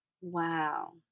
Wow